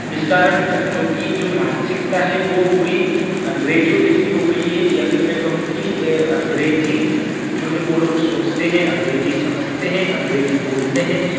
इस कारण बच्चों की जो मानसिकता है वो पूरी अंग्रेजों जैसी हो गई है या फिर मैं कहूँ कि अंग्रेजी जो है वो लोग सोचते हैं अंग्रेजी समझते हैं अंग्रेजी बोलते हैं